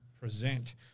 present